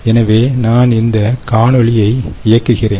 எனவே நான் இந்த காணொளியை இயக்குகிறேன்